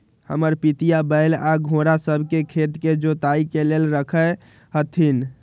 हमर पितिया बैल आऽ घोड़ सभ के खेत के जोताइ के लेल रखले हथिन्ह